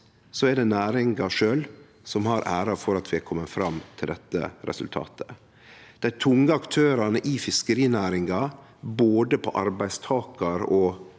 alt er det næringa sjølv som har æra for at vi har kome fram til dette resultatet. Dei tunge aktørane i fiskerinæringa, både på arbeidstakarsida